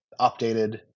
updated